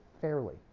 fairly